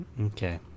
Okay